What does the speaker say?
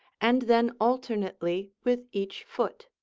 and then alternately with each foot.